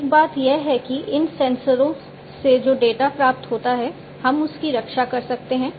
एक बात यह है कि इन सेंसरों से जो डेटा प्राप्त होता है हम उसकी रक्षा कर सकते हैं